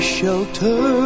shelter